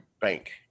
bank